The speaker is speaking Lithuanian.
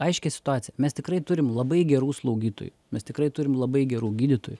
aiškią situaciją mes tikrai turim labai gerų slaugytojų mes tikrai turim labai gerų gydytojų